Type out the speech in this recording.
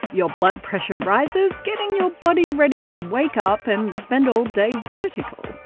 your blood pressure rises getting your body ready to wake up and spend all day vertical.